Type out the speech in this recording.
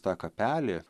tą kapelį